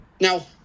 Now